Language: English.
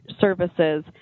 services